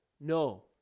No